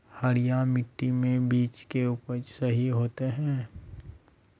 हरिया मिट्टी में बीज के उपज सही होते है?